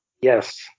Yes